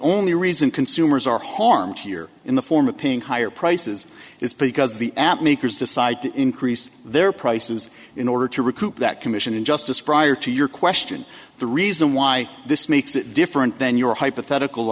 only reason consumers are harmed here in the form of paying higher prices is because the app makers decide to increase their prices in order to recoup that commission and justice prior to your question the reason why this makes it different than your hypothetical